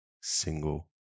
single